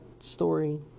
story